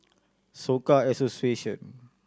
Soka Association